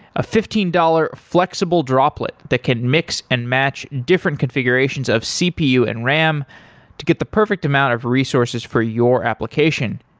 a fifteen dollars flexible droplet that can mix and match different configurations of cpu and ram to get the perfect amount of resources for your application.